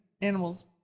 animals